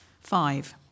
Five